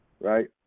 right